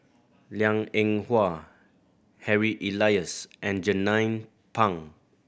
Liang Eng Hwa Harry Elias and Jernnine Pang